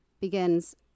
begins